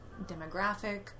demographic